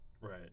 Right